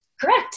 Correct